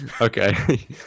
Okay